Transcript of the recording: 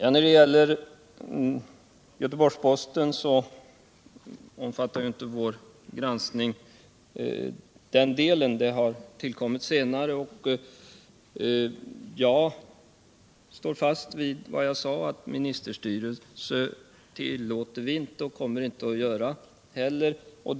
I fråga om Göteborgs-Posten vill jag säga att vår granskning inte omfattat den delen. Den har tillkommit senare. Jag står fast vid vad jag sade, att vi inte tillåter och att vi inte heller kommer att tillåta ministerstyrelse.